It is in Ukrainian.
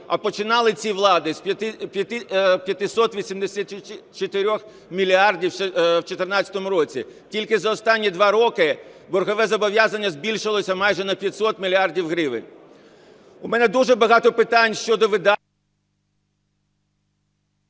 а починали ці влади з 584 мільярдів ще в 2014 році. Тільки за останні 2 роки боргове зобов'язання збільшилося майже на 500 мільярдів гривень. У мене дуже багато питань щодо…